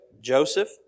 Joseph